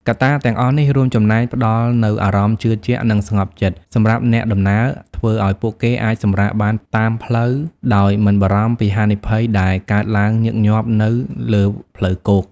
កត្តាទាំងអស់នេះរួមចំណែកផ្តល់នូវ អារម្មណ៍ជឿជាក់ និងស្ងប់ចិត្ត សម្រាប់អ្នកដំណើរ ធ្វើឱ្យពួកគេអាចសម្រាកបានតាមផ្លូវដោយមិនបារម្ភពីហានិភ័យដែលកើតឡើងញឹកញាប់នៅលើផ្លូវគោក។